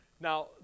Now